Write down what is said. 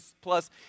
plus